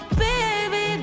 baby